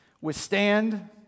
Withstand